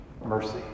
mercy